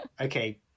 okay